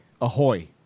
Ahoy